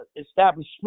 establishment